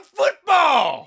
football